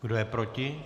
Kdo je proti?